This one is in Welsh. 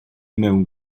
mewn